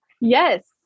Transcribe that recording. Yes